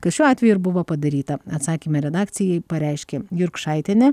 kas šiuo atveju ir buvo padaryta atsakyme redakcijai pareiškė jurkšaitienė